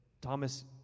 Thomas